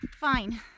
Fine